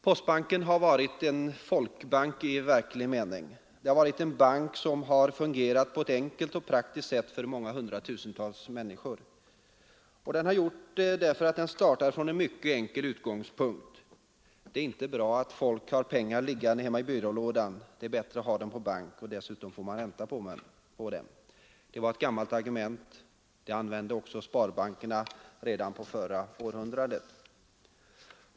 Postbanken har varit en folkbank i verklig mening. Det har varit en bank som har fungerat på ett enkelt och praktiskt sätt för många hundratusental människor. Den har gjort så därför att den startat från utgångspunkten: ”Det är inte bra att folk har pengar liggande hemma i byrålådan. Det är bättre att ha dem på bank och dessutom får man ränta på dem.” Det var ett gammalt argument. Det använde också sparbankerna redan under förra århundradet.